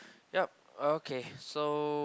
yup okay so